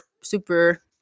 super